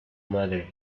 madre